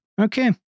Okay